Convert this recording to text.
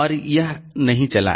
और यह नहीं चला